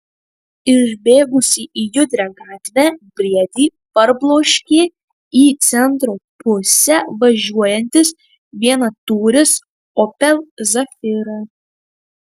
išbėgusį į judrią gatvę briedį parbloškė į centro pusę važiuojantis vienatūris opel zafira